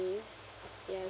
me ya